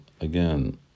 again